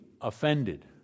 offended